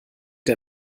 der